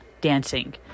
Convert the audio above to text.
dancing